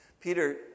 Peter